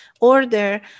order